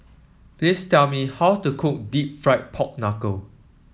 please tell me how to cook deep fried Pork Knuckle